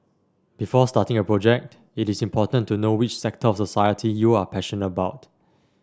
before starting a project it is important to know which sector of society you are passionate about